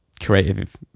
creative